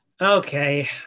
Okay